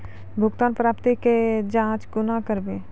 भुगतान प्राप्ति के जाँच कूना करवै?